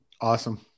Awesome